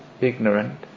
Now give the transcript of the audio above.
ignorant